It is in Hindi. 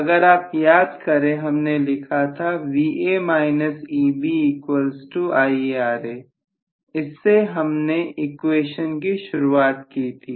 अगर आप याद करें हमने लिखा था इससे हमने इक्वेशंस की शुरुआत की थी